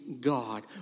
God